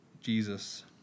Jesus